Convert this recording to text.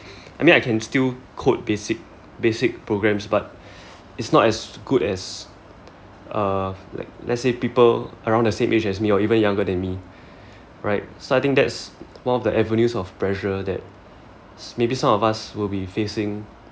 I mean I can still code basic basic programs but it's not as good as uh like let let's say people around the same age as me or even younger than me right so I think that's one of the avenues of pressure that maybe some of us will be facing